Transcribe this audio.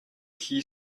key